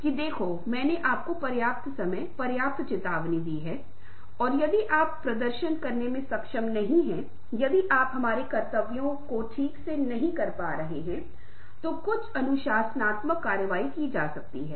यह बहुत महत्वपूर्ण है लेकिन काम के जीवन की जटिलता में हम पाते हैं कि विभिन्न परिस्थितियां हैं जहां हमारी नैतिकता और जो हम करने के लिए मजबूर हैं और इस तरह की सभी चीजें हैं और एक बहुत ही समस्याग्रस्त क्षेत्र बन जाता है